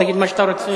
תגיד מה שאתה רוצה,